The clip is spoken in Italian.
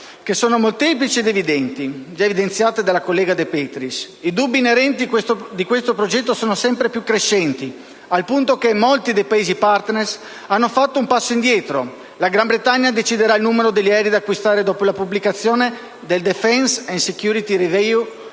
sono molteplici ed evidenti, già evidenziate dalla collega De Petris. I dubbi inerenti a questo progetto sono sempre crescenti, al punto che molti dei Paesi *partner* hanno fatto un passo indietro. La Gran Bretagna deciderà il numero degli aerei da acquistare dopo la pubblicazione del *Defence and security review*